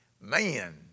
Man